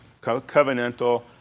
covenantal